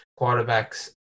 quarterbacks